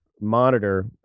monitor